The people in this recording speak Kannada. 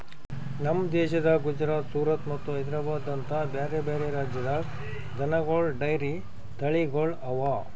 ನಮ್ ದೇಶದ ಗುಜರಾತ್, ಸೂರತ್ ಮತ್ತ ಹೈದ್ರಾಬಾದ್ ಅಂತ ಬ್ಯಾರೆ ಬ್ಯಾರೆ ರಾಜ್ಯದಾಗ್ ದನಗೋಳ್ ಡೈರಿ ತಳಿಗೊಳ್ ಅವಾ